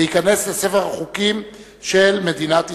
וייכנס לספר החוקים של מדינת ישראל.